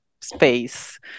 space